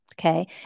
Okay